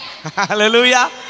Hallelujah